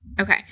Okay